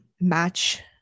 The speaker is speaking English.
match